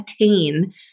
attain